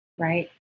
right